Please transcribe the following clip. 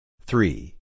Three